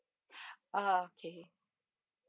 uh okay